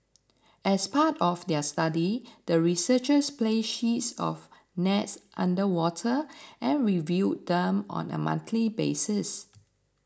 as part of their study the researchers placed sheets of nets underwater and reviewed them on a monthly basis